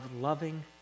loving